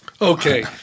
Okay